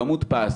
לא מודפס